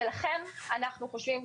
לכן אנחנו חושבים,